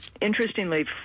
interestingly